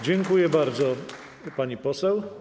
Dziękuję bardzo, pani poseł.